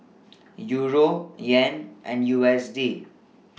Euro Yen and U S D